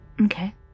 Okay